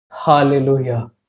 Hallelujah